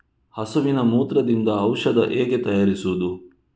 ಹಸುವಿನ ಮೂತ್ರದಿಂದ ಔಷಧ ಹೇಗೆ ತಯಾರಿಸುವುದು?